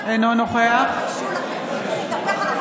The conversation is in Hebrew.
אינו נוכח אלון טל,